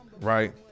right